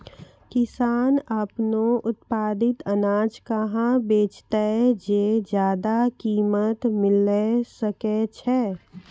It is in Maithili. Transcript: किसान आपनो उत्पादित अनाज कहाँ बेचतै जे ज्यादा कीमत मिलैल सकै छै?